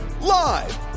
Live